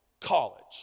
College